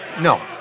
No